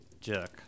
jerk